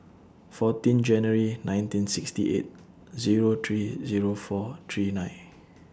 fourteen January nineteen sixty eight Zero three Zero four three nine